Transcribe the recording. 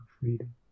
freedom